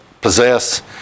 possess